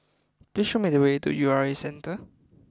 please show me the way to U R A Centre